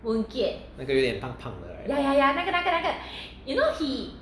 那个有点胖胖的 right